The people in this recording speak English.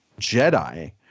Jedi